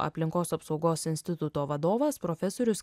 aplinkos apsaugos instituto vadovas profesorius